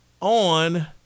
on